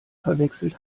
verwechselt